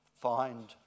find